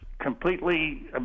completely